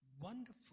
wonderful